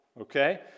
okay